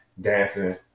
dancing